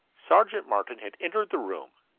sergeant martin had entered the room.